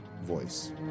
voice